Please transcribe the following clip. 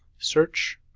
search.